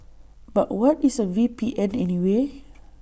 but what is A V P N anyway